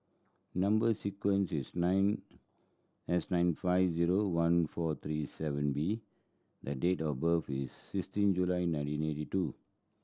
number sequence is nine S nine five zero one four three seven B the date of birth is sixteen July nineteen eighty two